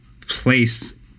place